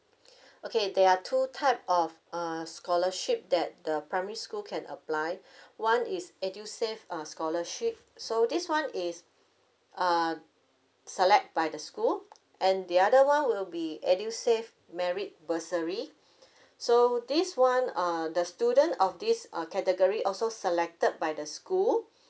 okay there are two types of scholarship that the primary school can apply one is EDUSAVE uh scholarship so this one is uh select by the school and the other one will be EDUSAVE merit bursary so this one uh the student of this uh category also selected by the school